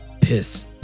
piss